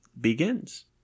begins